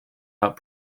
out